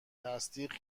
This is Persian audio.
تصدیق